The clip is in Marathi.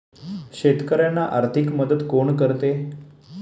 शेतकऱ्यांना आर्थिक मदत कोण करते?